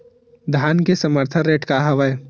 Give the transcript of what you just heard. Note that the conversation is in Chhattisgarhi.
धान के समर्थन रेट का हवाय?